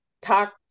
talk